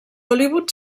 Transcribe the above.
hollywood